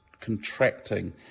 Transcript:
contracting